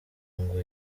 ngo